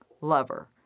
lover